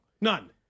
None